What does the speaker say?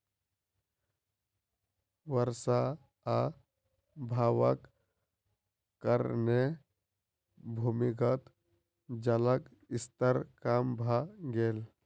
वर्षा अभावक कारणेँ भूमिगत जलक स्तर कम भ गेल